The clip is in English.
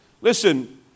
Listen